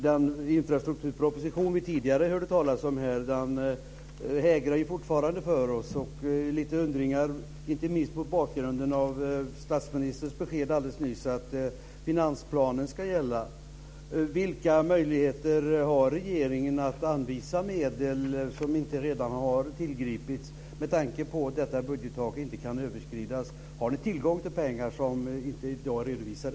Den infrastrukturproposition vi tidigare hörde talas om hägrar fortfarande för oss och lite undringar har vi, inte minst mot bakgrund av statsministerns besked alldeles nyss att finansplanen ska gälla. Vilka möjligheter har regeringen att anvisa medel som inte redan har tillgripits med tanke på att detta budgettak inte kan överskridas? Har ni tillgång till pengar som i dag inte är redovisade?